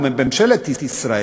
ובממשלת ישראל,